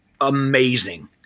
amazing